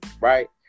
right